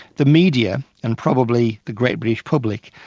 the media, and probably the great british public,